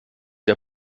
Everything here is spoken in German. der